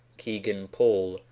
kegan paul.